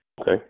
Okay